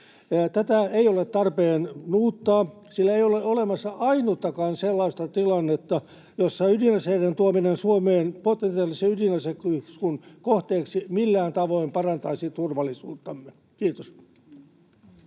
Tätä ei ole tarpeen muuttaa, sillä ei ole olemassa ainuttakaan sellaista tilannetta, jossa ydinaseiden tuominen Suomeen potentiaalisen ydinaseiskun kohteeksi millään tavoin parantaisi turvallisuuttamme. — Kiitos.